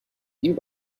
you